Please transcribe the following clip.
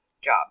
job